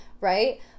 Right